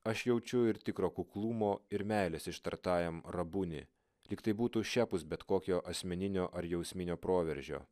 aš jaučiu ir tikro kuklumo ir meilės ištartajam rabuni lyg tai būtų šiapus bet kokio asmeninio ar jausminio proveržio